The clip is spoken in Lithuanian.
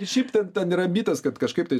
šiaip ten ten yra mitas kad kažkaip tai